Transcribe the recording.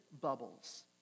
bubbles